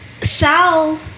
Sal